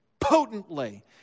potently